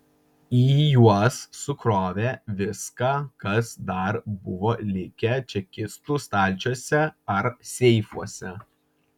į juos sukrovė viską kas dar buvo likę čekistų stalčiuose ar seifuose